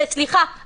סליחה,